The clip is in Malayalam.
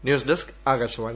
news desk Akashvani